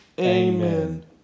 Amen